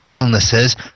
illnesses